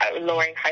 lowering